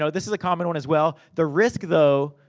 so this is a common one as well. the risk, though,